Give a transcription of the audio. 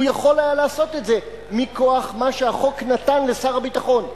הוא יכול היה לעשות את זה מכוח מה שהחוק נתן לשר הביטחון.